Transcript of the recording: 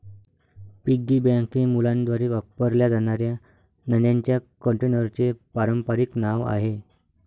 piggy bank हे मुलांद्वारे वापरल्या जाणाऱ्या नाण्यांच्या कंटेनरचे पारंपारिक नाव आहे